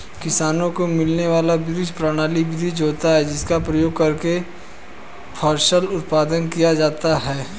किसानों को मिलने वाला बीज प्रमाणित बीज होता है जिसका प्रयोग करके फसल उत्पादन किया जाता है